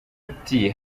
ati